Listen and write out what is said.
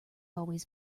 always